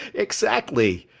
exactly.